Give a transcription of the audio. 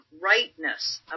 rightness